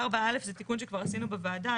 4 (א') זה תיקון שכבר עשינו בוועדה.